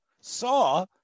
saw